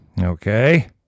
okay